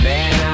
Man